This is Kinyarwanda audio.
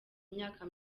imyaka